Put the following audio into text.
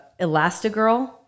Elastigirl